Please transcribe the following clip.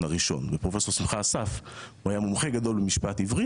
הראשון ופרופ' שמחה אסף היה מומחה גדול משפט עברי